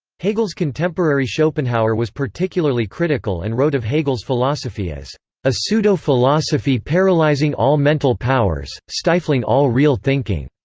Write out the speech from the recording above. hegel's contemporary schopenhauer was particularly critical and wrote of hegel's philosophy as a pseudo-philosophy paralyzing all mental powers, stifling all real thinking.